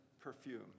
perfume